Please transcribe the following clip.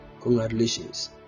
congratulations